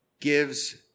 gives